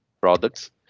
products